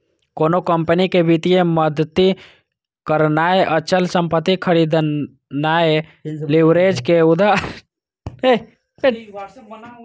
कोनो कंपनी कें वित्तीय मदति करनाय, अचल संपत्ति खरीदनाय लीवरेज के उदाहरण छियै